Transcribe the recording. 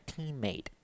teammate